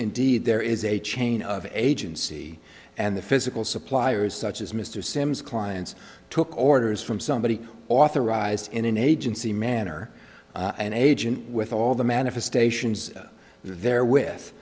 indeed there is a chain of agency and the physical suppliers such as mr sims clients took orders from somebody authorized in an agency manner and agent with all the manifestations there with